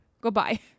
Goodbye